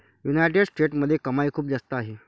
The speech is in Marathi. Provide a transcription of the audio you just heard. युनायटेड स्टेट्समध्ये कमाई खूप जास्त आहे